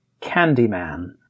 Candyman